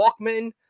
walkman